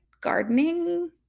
gardening